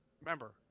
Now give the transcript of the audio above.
remember